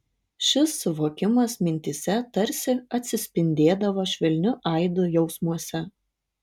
šis suvokimas mintyse tarsi atsispindėdavo švelniu aidu jausmuose